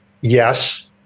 Yes